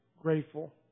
Grateful